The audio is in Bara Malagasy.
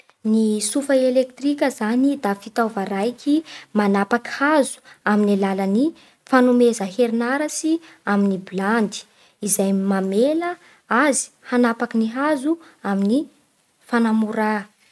Ny tsofa elektrika zany da fitaova raiky manapaky hazo amin'ny alalan'ny fanomeza herinaratsy amin'ny blandy izay mamela azy hanapaky ny hazo amin'ny fanamorà.